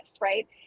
right